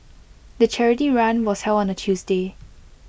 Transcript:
the charity run was held on A Tuesday